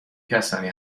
کسانی